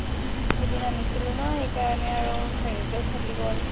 ওম সেইদিনা নিছিলোঁ ন' সেইকাৰণে আৰু হেৰিটো থাকি গ'ল